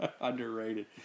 underrated